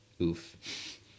Oof